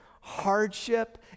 hardship